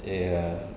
ya ya